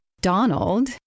Donald